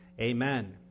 Amen